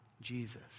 Jesus